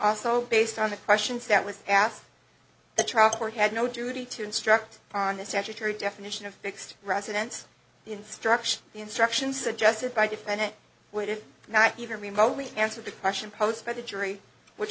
also based on the questions that was asked the trial court had no duty to instruct on the statutory definition of fixed residence instruction the instruction suggested by defendant would not even remotely answer the question posed by the jury which